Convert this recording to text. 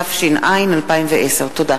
התש"ע 2010. תודה.